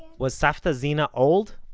was savta zena old?